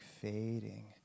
fading